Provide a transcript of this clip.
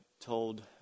told